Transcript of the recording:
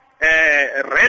red